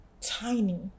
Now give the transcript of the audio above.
tiny